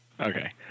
Okay